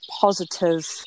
positive